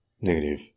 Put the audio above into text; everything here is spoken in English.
negative